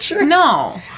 No